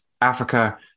Africa